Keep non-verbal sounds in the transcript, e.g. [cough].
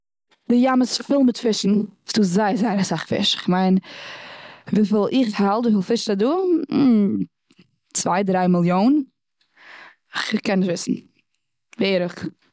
די ים איז פיל מיט פישן. ס'דא זייער זייער אסאך פיש. כ'מיין וויפיל איך האלט, וויפיל פיש איז דא, [hesitation] צוויי דריי מילאן. כ'קען נישט וויסן בערך.